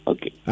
Okay